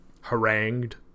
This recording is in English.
harangued